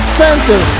center